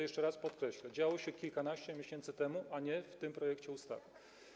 Jeszcze raz podkreślę, działo się to kilkanaście miesięcy temu, a nie w tym projekcie ustawy.